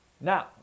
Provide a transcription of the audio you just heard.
Now